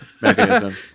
mechanism